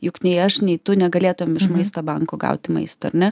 juk nei aš nei tu negalėtumėm iš maisto banko gauti maisto ar ne